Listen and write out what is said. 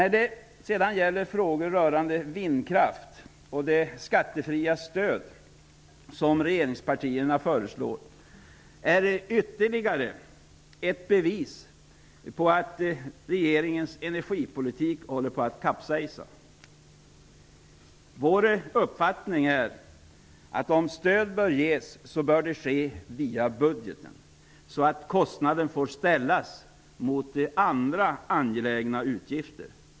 Regeringspartiernas förslag om skattefria stöd för vindkraft är ytterligare ett bevis för att regeringens energipolitik håller på att kapsejsa. Om stöd skall ges är vår uppfattning att det bör ske via budgeten, så att kostnaden får ställas mot andra angelägna utgifter.